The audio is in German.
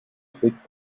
trägt